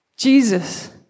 Jesus